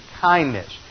kindness